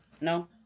No